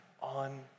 on